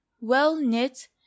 well-knit